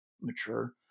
mature